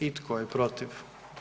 I tko je protiv?